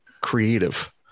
creative